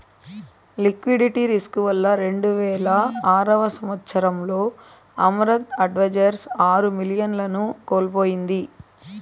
liquidity risk వల్ల రెండువేల ఆరవ సంవచ్చరంలో అమరత్ అడ్వైజర్స్ ఆరు మిలియన్లను కోల్పోయింది